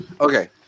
Okay